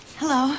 hello